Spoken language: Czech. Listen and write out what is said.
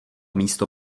místo